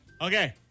Okay